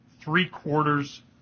three-quarters